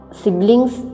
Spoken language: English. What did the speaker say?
siblings